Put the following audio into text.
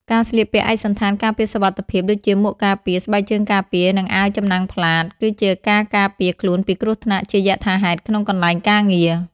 ការស្លៀកពាក់ឯកសណ្ឋានការពារសុវត្ថិភាព ដូចជាមួកការងារ ស្បែកជើងការពារ និងអាវចំណាំងផ្លាត គឺជាការការពារខ្លួនពីគ្រោះថ្នាក់ជាយថាហេតុក្នុងកន្លែងការងារ។